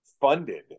funded